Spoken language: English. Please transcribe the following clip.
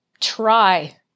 try